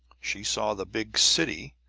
she saw the big city,